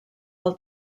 del